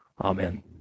Amen